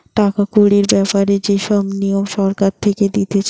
টাকা কড়ির ব্যাপারে যে সব নিয়ম সরকার থেকে দিতেছে